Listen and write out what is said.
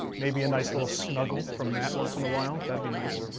maybe a nice little snuggle from matt once in a while. that'd be nice,